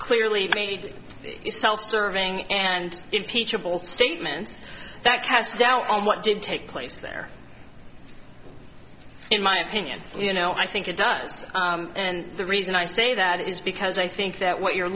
clearly made self serving and impeachable statements that casts doubt on what did take place there in my opinion you know i think it does and the reason i say that is because i think that what you're